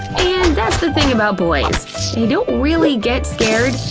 and that's the thing about boys they don't really get scared,